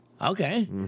okay